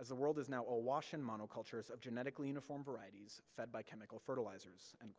as the world is now awash in monocultures of genetically uniform varieties, fed by chemical fertilizers. and